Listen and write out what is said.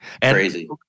Crazy